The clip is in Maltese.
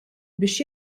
biex